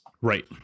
right